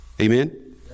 Amen